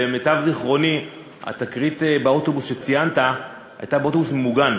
למיטב זיכרוני התקרית באוטובוס שציינת הייתה באוטובוס ממוגן.